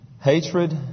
hatred